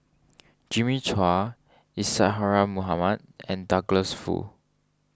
Jimmy Chua Isadhora Mohamed and Douglas Foo